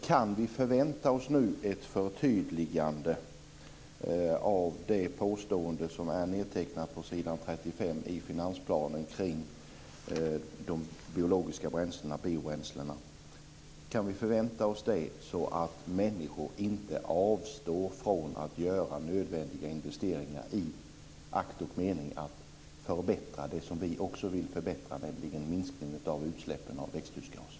Kan vi nu förvänta oss ett förtydligande av det påstående som är nedtecknat på s. 35 i finansplanen kring de biologiska bränslena, biobränslena? Kan vi förvänta oss det, så att människor inte avstår från att göra nödvändiga investeringar i akt och mening att åstadkomma det som vi också vill åstadkomma, nämligen en minskning av utsläppen av växthusgaser?